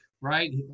Right